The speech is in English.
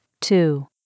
two